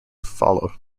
follow